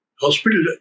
hospital